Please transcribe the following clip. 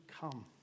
come